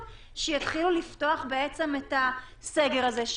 שיתחילו לפתוח בעצמם את הסגר הזה,